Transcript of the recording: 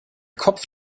kopf